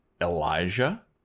Elijah